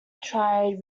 tried